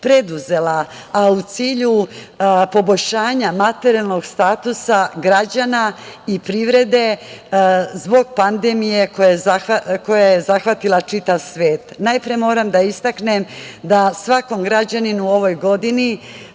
a u cilju poboljšanja materijalnog statusa građana i privrede zbog pandemije koja je zahvatila čitav svet, najpre moram da istaknem da svakom građaninu u ovoj godini